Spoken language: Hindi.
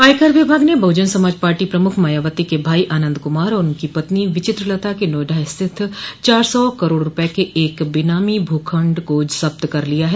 आयकर विभाग ने बहुजन समाज पार्टी प्रमुख मायावती के भाई आनन्द कुमार और उनकी पत्नी विचित्र लता के नोएडा स्थित चार सौ करोड़ रूपये के एक बेनामी भूखण्ड को ज़ब्त कर लिया है